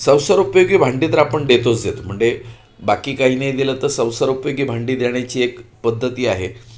संसार उपयोगी भांडी तर आपण देतोच देतो म्हणजे बाकी काही नाही दिलं तर संसार उपयोगी भांडी देण्याची एक पद्धती आहे